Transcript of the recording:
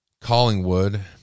Collingwood